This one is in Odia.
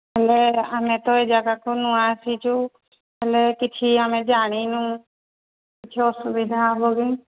ହେଲେ ଆମେ ତ ଏ ଜାଗାକୁ ନୂଆ ଆସିଛି ହେଲେ କିଛି ଆମେ ଜାଣିନୁ କିଛି ଅସୁବିଧା ହେବ କିି